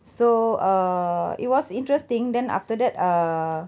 so err it was interesting then after that err